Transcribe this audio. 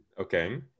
Okay